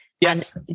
Yes